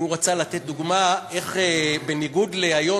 והוא רצה לתת דוגמה איך בניגוד להיום,